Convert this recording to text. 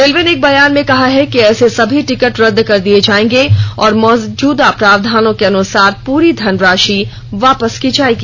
railway ने एक बयान में कहा है कि ऐसे सभी टिकट रद्द कर दिये जायेंगे और मौजूदा प्रावधानों के अनुसार पूरी धनराशि वापस की जायेगी